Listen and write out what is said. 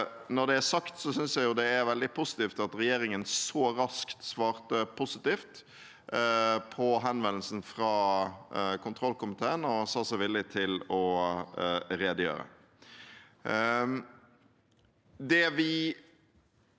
Når det er sagt, synes jeg det er veldig positivt at regjeringen så raskt svarte positivt på henvendelsen fra kontrollkomiteen og sa seg villig til å redegjøre.